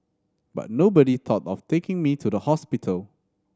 but nobody thought of taking me to the hospital